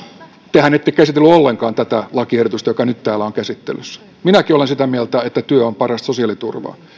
tehän ette käsitellyt ollenkaan tätä lakiehdotusta joka nyt täällä on käsittelyssä minäkin olen sitä mieltä että työ on parasta sosiaaliturvaa